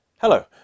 Hello